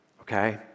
okay